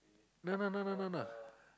no no no no